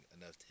enough